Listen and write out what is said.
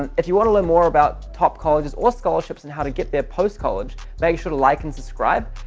and if you want to learn more about top colleges or scholarships and how to get there post-college, make sure to like and subscribe.